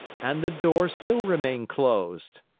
and the door still remained closed!